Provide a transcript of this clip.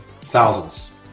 Thousands